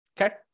Okay